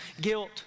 guilt